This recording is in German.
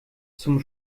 zum